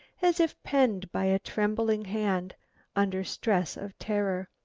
as if penned by a trembling hand under stress of terror.